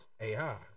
AI